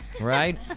Right